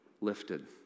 lifted